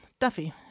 Duffy